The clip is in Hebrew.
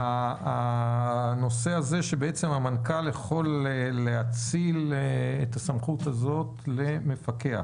הנושא הזה שהמנכ"ל יכול להאציל את הסמכות הזאת לפקח.